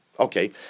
Okay